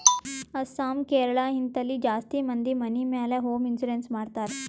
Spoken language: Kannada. ಅಸ್ಸಾಂ, ಕೇರಳ, ಹಿಂತಲ್ಲಿ ಜಾಸ್ತಿ ಮಂದಿ ಮನಿ ಮ್ಯಾಲ ಹೋಂ ಇನ್ಸೂರೆನ್ಸ್ ಮಾಡ್ತಾರ್